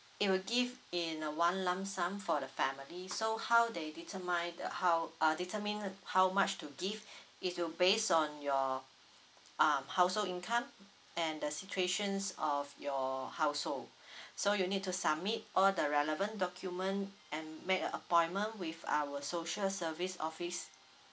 it will give in a one lump sum for the family so how they determine the how uh determine how much to give is will based on your um household income and the situations of your household so you need to submit all the relevant document and make a appointment with our social service office